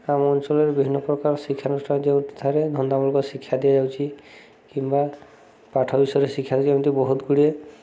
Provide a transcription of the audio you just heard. ଆମ ଅଞ୍ଚଳରେ ବିଭିନ୍ନ ପ୍ରକାର ଶିକ୍ଷାାନୁଷ୍ଠାନ ଯେଉଁଠାରେ ଧନ୍ଦାମୂଳକ ଶିକ୍ଷା ଦିଆଯାଉଛି କିମ୍ବା ପାଠ ବିଷୟରେ ଶିକ୍ଷା ଦିଅନ୍ତି ବହୁତ ଗୁଡ଼ିଏ